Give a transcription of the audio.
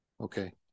Okay